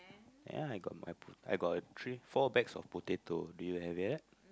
ya I got my po~ I got a three four bags of potato do you have that